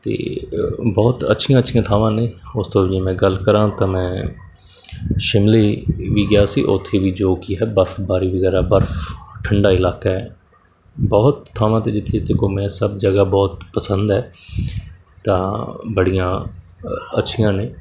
ਅਤੇ ਬਹੁਤ ਅੱਛੀਆਂ ਅੱਛੀਆਂ ਥਾਵਾਂ ਨੇ ਉਸ ਤੋਂ ਜੇ ਮੈਂ ਗੱਲ ਕਰਾਂ ਤਾਂ ਮੈਂ ਸ਼ਿਮਲੇ ਵੀ ਗਿਆ ਸੀ ਉੱਥੇ ਵੀ ਜੋ ਕਿ ਹੈ ਬਰਫਬਾਰੀ ਵਗੈਰਾ ਬਰਫ ਠੰਢਾ ਇਲਾਕਾ ਹੈ ਬਹੁਤ ਥਾਵਾਂ 'ਤੇ ਜਿੱਥੇ ਜਿੱਥੇ ਘੁੰਮਿਆ ਸਭ ਜਗ੍ਹਾ ਬਹੁਤ ਪਸੰਦ ਹੈ ਤਾਂ ਬੜੀਆਂ ਅੱਛੀਆਂ ਨੇ